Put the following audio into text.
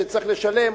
שצריך לשלם.